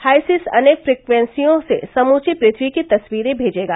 HySIS अनेक फ्रिक्वेंसियों से समूची पृथ्वी की तस्वीरें भेजेगा